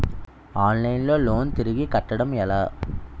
Online లో loan తిరిగి కట్టడం ఎలా?